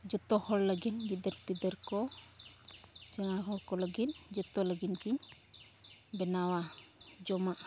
ᱡᱚᱛᱚ ᱦᱚᱲ ᱞᱟᱹᱜᱤᱫ ᱜᱤᱫᱟᱹᱨᱼᱯᱤᱫᱟᱹᱨ ᱠᱚ ᱥᱮᱬᱟ ᱦᱚᱲ ᱠᱚ ᱞᱟᱹᱜᱤᱫ ᱡᱚᱛᱚ ᱞᱟᱹᱜᱤᱫᱼᱜᱮ ᱵᱮᱱᱟᱣᱟ ᱡᱚᱢᱟᱜ